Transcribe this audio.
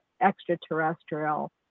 extraterrestrial